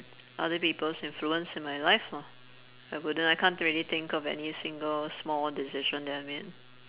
other people's influence in my life lah I wouldn't I can't really think of any single small decision that I made